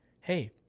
hey